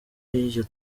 iyo